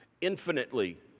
Infinitely